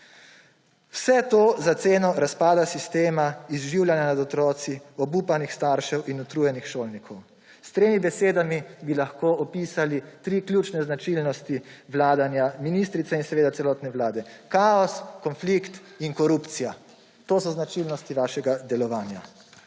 Vse to za ceno razpada sistema, izživljanja nad otroci, obupanih staršev in utrjenih šolnikov. S tremi besedami bi lahko opisali tri ključne značilnosti vladanja ministrice in seveda celotne vlade – kaos, konflikt in korupcija. To so značilnosti vašega delovanja.